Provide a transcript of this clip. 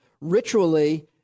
ritually